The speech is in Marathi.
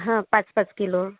हं पाच पाच किलो